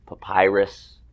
papyrus